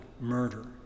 murder